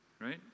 Right